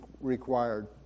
required